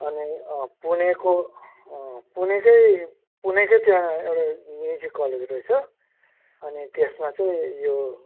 अनि अँ पुनेको पुनेकै पुनेकै त्यहाँ एउटा म्युजिक कलेज रहेछ अनि त्यसमा चाहिँ यो